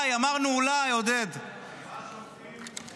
הגשתי את